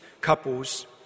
couples